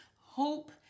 Hope